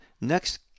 next